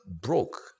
broke